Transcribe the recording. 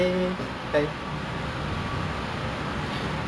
hello eh hi what's good